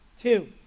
Two